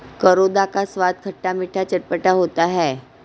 करौंदा का स्वाद खट्टा मीठा चटपटा होता है